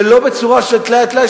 ולא בצורה של טלאי על טלאי,